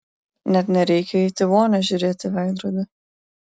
net nereikia eiti į vonią žiūrėti į veidrodį